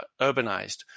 urbanized